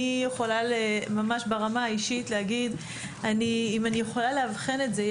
אני יכולה ממש ברמה האישית להגיד אם אני יכולה לאבחן את זה,